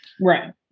Right